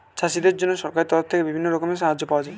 চাষীদের জন্য সরকারের তরফ থেকে বিভিন্ন রকমের সাহায্য পাওয়া যায়